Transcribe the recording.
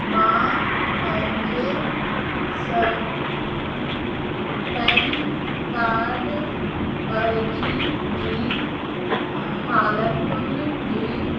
मां पंहिंजे सर पैन कार्ड अर्ज़ी जी हालतुनि जी